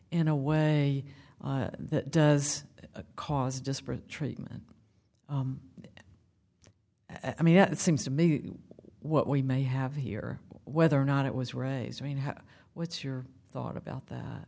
in a way that does cause disparate treatment as i mean it seems to me what we may have here whether or not it was raised i mean how what's your thought about that